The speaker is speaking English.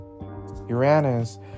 Uranus